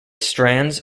strands